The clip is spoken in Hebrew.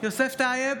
יוסף טייב,